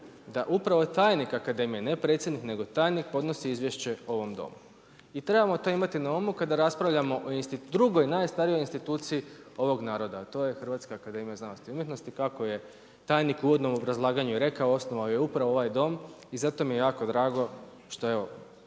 da upravo tajnik akademije, ne predsjednik nego tajnik podnosi izvješće ovom domu. I trebamo to imati na umu kada raspravljamo o drugoj najstarijoj instituciji ovog naroda a to je HAZU kako je tajnik u uvodnom obrazlaganju i rekao, osnovao ju je upravo ovaj dom i zato mi je jako drago što evo